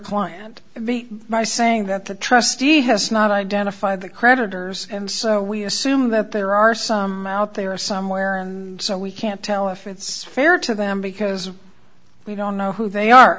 client my saying that the trustee has not identified the creditors and so we assume that there are some out there somewhere and so we can't tell if it's fair to them because we don't know who they are